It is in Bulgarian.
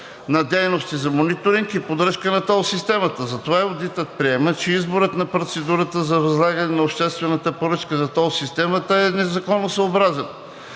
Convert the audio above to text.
на дейности за мониторинг и поддръжка на тол системата. Затова и одитът приема, че изборът на процедурата за възлагане на обществената поръчка за тол системата е незаконосъобразен.